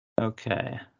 Okay